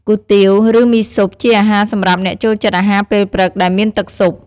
គុយទាវ ឬ មីស៊ុប ជាអាហារសម្រាប់អ្នកចូលចិត្តអាហារពេលព្រឹកដែលមានទឹកស៊ុប ។